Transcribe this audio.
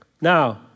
now